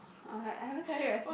uh I I haven't tell you